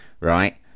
right